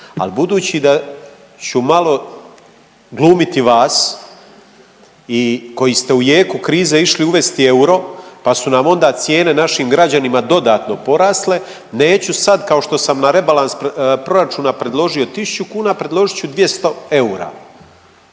Ali budući da ću malo glumiti vas koji ste u jeku krize išli uvesti euro, pa su nam onda cijene našim građanima dodatno porasle neću sad kao što sam na rebalans proračuna predložio 1000 kuna predložit ću 200 eura.